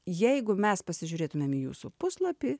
jeigu mes pasižiūrėtumėm į jūsų puslapį